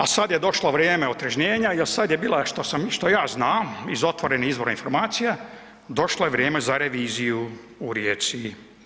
A sad je došlo vrijeme otrežnjenja jel sad je bila što sam, što ja znam iz otvorenih izvora informacija, došlo je vrijeme za reviziju u Rijeci.